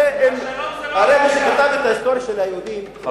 הרי מי שכתב את ההיסטוריה של היהודים,